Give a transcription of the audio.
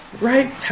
Right